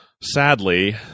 sadly